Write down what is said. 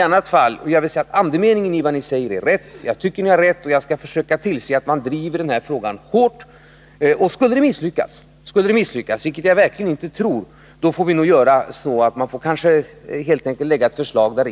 Andemeningen i vad socialdemokraterna skriver är dock riktig, och jag skall tillse att man driver denna fråga hårt om verken skulle misslyckas, vilket jag dock inte tror.